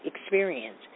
experience